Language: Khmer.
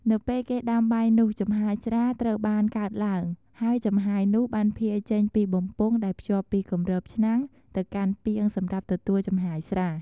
នៅពេលគេដាំបាយនោះ ចំហាយស្រាត្រូវបានកើតឡើង ហើយចំហាយនោះបានភាយចេញពីបំពង់ដែលភ្ជាប់ពីគម្របឆ្នាំងទៅកាន់ពាងសម្រាប់ទទួលចំហាយស្រា។